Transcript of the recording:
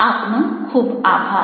આપનો ખુબ આભાર